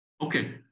Okay